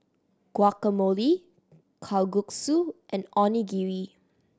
Guacamole Kalguksu and Onigiri